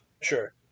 Sure